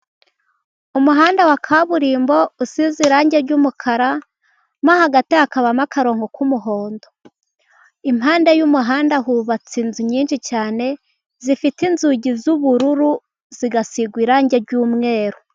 Umuhanda wa kaburimbo usize irangi ry'umukara, mo hagati hakabamo akarongo k'umuhondo, impande y'umuhanda hubatse inzu nyinshi cyane, zifite inzugi z'ubururu, zigasigwa irangi ry'umweru.